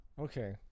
Okay